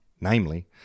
namely